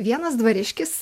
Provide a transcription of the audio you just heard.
vienas dvariškis